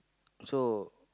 so